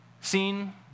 seen